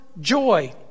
joy